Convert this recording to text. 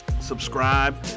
Subscribe